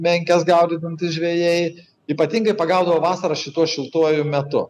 mes menkes gaudantys žvejai ypatingai pagaudavo vasarą šituo šiltuoju metu